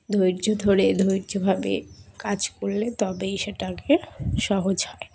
ধৈর্য ধরে ধৈর্যভাবে কাজ করলে তবেই সেটাকে সহজ হয়